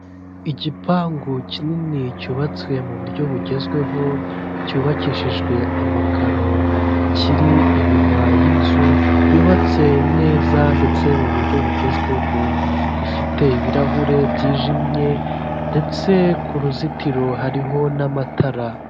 Igipangu kinini cyubatswe mu buryo bugezweho cyubakishijwe amakaro, kiri inyuma y'inzu yubatse neza ndetse mu buryo bugezweho, ifite ibirahure byijimye ndetse ku ruzitiro hariho n'amatara.